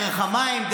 דרך המים,